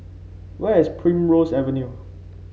where is Primrose Avenue